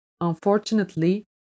Unfortunately